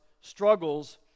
struggles